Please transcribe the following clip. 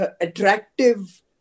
attractive